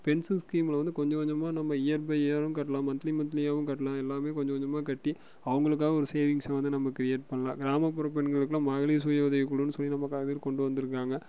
pension ஸ்கீம்மில வந்து கொஞ்சம் கொஞ்சமாக நம்ம இயர் பை இயரும் கட்டலாம் மந்த்லி மந்த்லியாகவும் கட்டலாம் எல்லாமே கொஞ்சம் கொஞ்சமாக கட்டி அவங்களுக்காக ஒரு சேவிங்க்ஸை வந்து நம்ம கிரியேட் பண்ணலாம் கிராமப்புற பெண்களுக்குலாம் மகளிர் சுய உதவிக்குழுன்னு சொல்லி நமக்காகவே இதை கொண்டு வந்துருக்காங்க